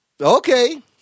Okay